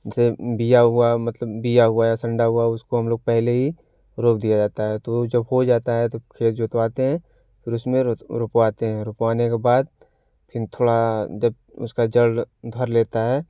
जैसे बीया हुआ मतलब बीया हुआ संडा हुआ उसको हम लोग पहले ही रोप दिया जाता है तो जब हो जाता है तो खेत जोतवाते हैं फिर उसमें रोपवाते हैं रोपवाने के बाद फिर थोड़ा जब उसका जड़ धर लेता है